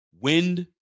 Wind